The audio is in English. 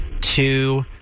two